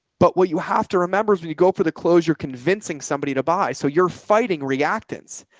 but what you have to remember is when you go for the close, you're convincing somebody to buy. so you're fighting reactants,